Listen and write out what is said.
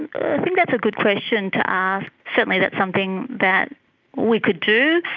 and think that's a good question to ask. certainly that's something that we could do,